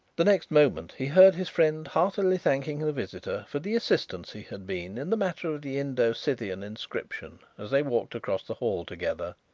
the next moment he heard his friend heartily thanking the visitor for the assistance he had been in the matter of the indo-scythian inscription, as they walked across the hall together.